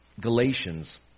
Galatians